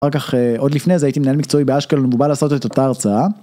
רק אחרי עוד לפני זה הייתי מנהל מקצועי באשקלון ובא לעשות את אותה הרצאה